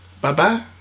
Bye-bye